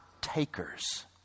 takers